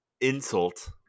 Insult